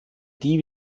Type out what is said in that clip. die